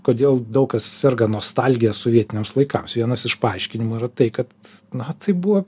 kodėl daug kas serga nostalgija sovietiniams laikams vienas iš paaiškinimų yra tai kad na tai buvo